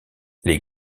les